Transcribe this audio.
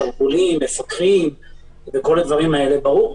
השרוולים, מפקחים וכל הדברים האלה, ברור.